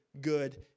good